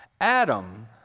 Adam